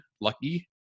lucky